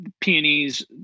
peonies